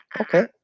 okay